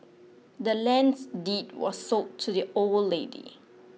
the land's deed was sold to the old lady